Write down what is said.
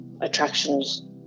attractions